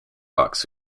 box